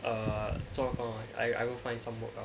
err 做工 I I will find some work ah